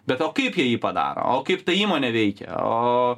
be o kaip jie jį padaro o kaip ta įmonė veikia o